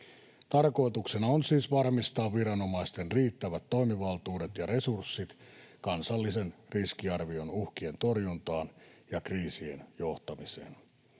Tarkoituksena on siis varmistaa viranomaisten riittävät toimivaltuudet ja resurssit kansallisen riskiarvion uhkien torjuntaan ja kriisien johtamiseen.